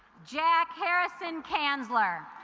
jack harrison kanzler